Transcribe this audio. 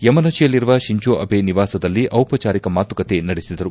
ಯಮನಶಿಯಲ್ಲಿರುವ Shinzo Abe ನಿವಾಸದಲ್ಲಿ ಚಿಪಚಾರಿಕ ಮಾತುಕತೆ ನಡೆಸಿದರು